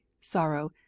sorrow